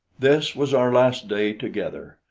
this was our last day together.